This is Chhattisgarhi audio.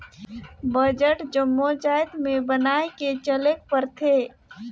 बजट जम्मो जाएत में बनाए के चलेक परथे